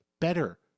Better